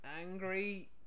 angry